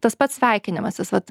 tas pats sveikinimasis vat